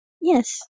yes